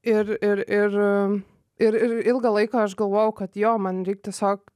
ir ir ir ir ir ilgą laiką aš galvojau kad jo man reik tiesiog